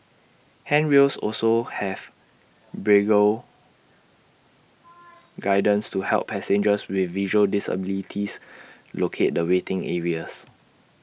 handrails also have braille guidance to help passengers with visual disabilities locate the waiting areas